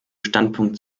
standpunkt